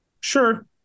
Sure